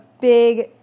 big